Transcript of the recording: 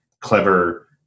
clever